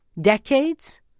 decades